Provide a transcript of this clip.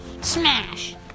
SMASH